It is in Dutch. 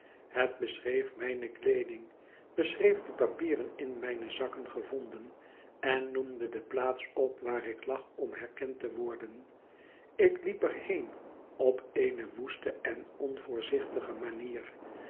het beschreef mijne kleeding beschreef de papieren in mijne zakken gevonden en noemde de plaats op waar ik lag om herkend te worden ik liep er heen op eene woeste en onvoorzichtige manier